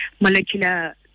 molecular